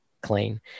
clean